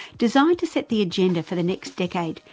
designed to set the agenda for the next decade,